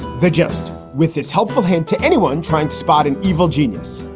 va. just with this helpful hand to anyone trying to spot an evil genius,